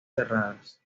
cerradas